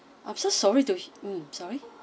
I'm so sorry to mm sorry